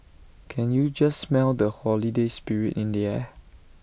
can you just smell the holiday spirit in the air